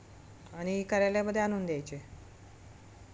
आणि कार्यालयामध्ये आणून द्यायचे